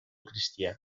cristià